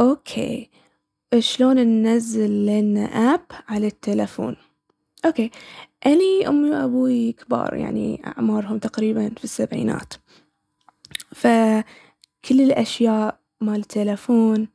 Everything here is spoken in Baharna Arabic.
أوكي، شلون ننزل لينا آب على التيلفون؟ أوكي.. أني أمي و أبويي كبار، يعني أعمارهم تقريباً في السبعينات، ف كل الأشياء مال التيلفون